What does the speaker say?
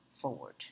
forward